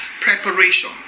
preparation